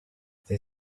they